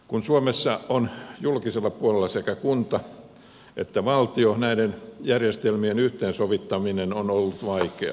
kun suomessa on julkisella puolella sekä kunta että valtio näiden järjestelmien yhteensovittaminen on ollut vaikeaa